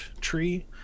tree